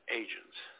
agents